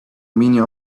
meaning